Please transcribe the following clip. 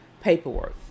paperwork